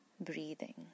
breathing